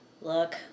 look